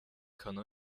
可能